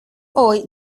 hoy